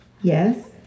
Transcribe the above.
Yes